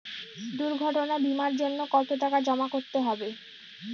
দুর্ঘটনা বিমার জন্য কত টাকা জমা করতে হবে?